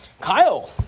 Kyle